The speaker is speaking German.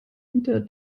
wieder